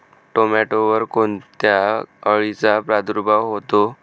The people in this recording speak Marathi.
टोमॅटोवर कोणत्या अळीचा प्रादुर्भाव होतो?